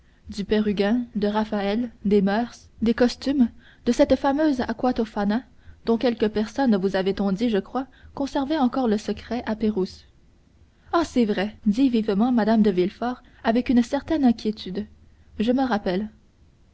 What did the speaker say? du pérugin de raphaël des moeurs des costumes de cette fameuse aqua tofana dont quelques personnes vous avait-on dit je crois conservaient encore le secret à pérouse ah c'est vrai dit vivement mme de villefort avec une certaine inquiétude je me rappelle